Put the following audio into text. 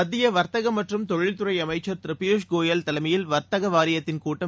மத்திய வர்த்தகம் மற்றும் தொழில்துறை அமைச்சர் திரு பியூஷ்கோயல் தலைமையில் வர்த்தக வாரியத்தின் கூட்டம்